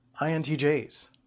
INTJs